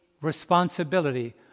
responsibility